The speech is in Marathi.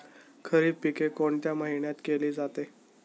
खरीप पिके कोणत्या महिन्यात केली जाते?